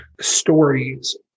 stories